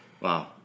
Wow